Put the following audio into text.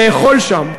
לאכול שם.